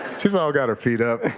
she's all got her feet up,